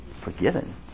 forgiven